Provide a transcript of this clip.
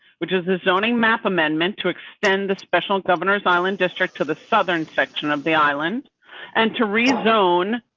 which is the zoning math amendment to extend the special governor's island district to the southern section of the island and to re zone.